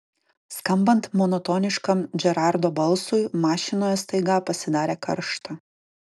skambant monotoniškam džerardo balsui mašinoje staiga pasidarė karšta